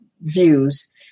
views